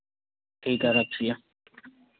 ठीक है रखिए